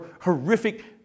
horrific